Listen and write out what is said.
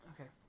Okay